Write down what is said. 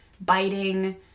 biting